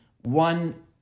one